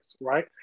right